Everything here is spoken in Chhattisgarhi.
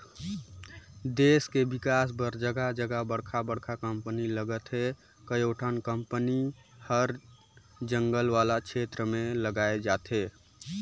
देस के बिकास बर जघा जघा बड़का बड़का कंपनी लगत हे, कयोठन कंपनी हर जंगल वाला छेत्र में लगाल जाथे